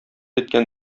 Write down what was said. иткән